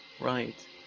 right